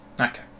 Okay